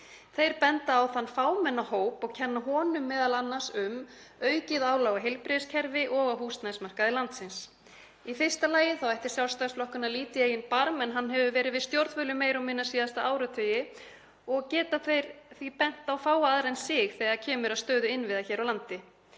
Þeir benda á þann fámenna hóp og kenna honum m.a. um aukið álag á heilbrigðiskerfi og á húsnæðismarkaði landsins. Í fyrsta lagi ætti Sjálfstæðisflokkurinn að líta í eigin barm en hann hefur verið við stjórnvölinn meira og minna síðustu áratugi og getur því bent á fáa aðra en sig þegar kemur að stöðu innviða hér á landi.